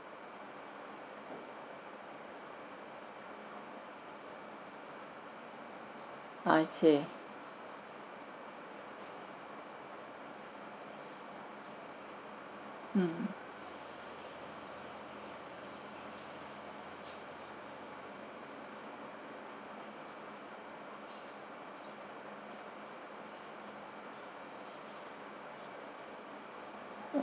I see mm